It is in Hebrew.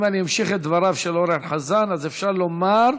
אם אני אמשיך את דבריו של אורן חזן, אז אפשר לומר: